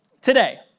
today